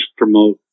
promote